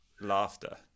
laughter